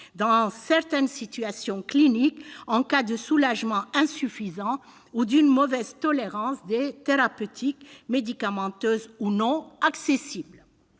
dans certaines situations cliniques, en cas de soulagement insuffisant ou d'une mauvaise tolérance des thérapeutiques, médicamenteuses ou non, accessibles